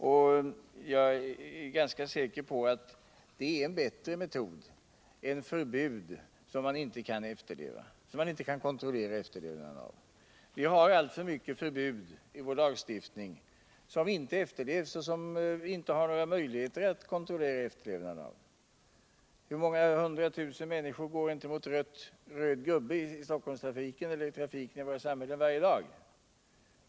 Och jag är ganska säker på att det är en bättre metod än förbud som man inte kan kontrollera efterlevnaden av. Vi har alltför mycket förbud i vår lagstiftning som inte efterlevs och som vi inte har några möjligheter att kontrollera efterlevnaden av. Hur många hundratusen människor går inte mot röd gubbe i Stockholmstrafiken eller i våra samhällen varje dag?